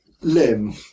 limb